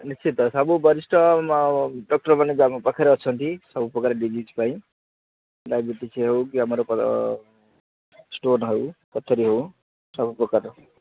ନିଶ୍ଚିତ ସବୁ ବରିଷ୍ଠ ଡକ୍ଟର୍ମାନେ ବି ଆମ ପାଖରେ ଅଛନ୍ତି ସବୁପ୍ରକାର ଡିଜିଜ୍ ପାଇଁ ଡାଇବେଟିସ୍ ହେଉ କି ଆମର ଷ୍ଟୋନ୍ ହେଉ ହେଉ ସବୁ ପ୍ରକାର